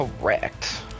correct